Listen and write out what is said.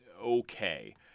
okay